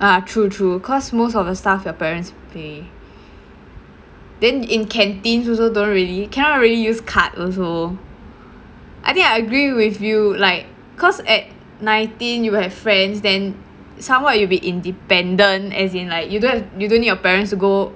ah true true cause most of the stuff your parents pay then in canteens also don't really cannot really use card also I think I agree with you like cause at nineteen you have friends then somewhat you will be independent as in like you don't have you don't need your parents to go